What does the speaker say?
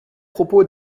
propos